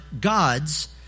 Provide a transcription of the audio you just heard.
gods